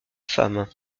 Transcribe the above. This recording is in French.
femme